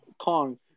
Kong